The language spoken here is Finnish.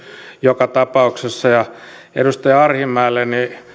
joka tapauksessa edustaja arhinmäelle